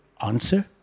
answer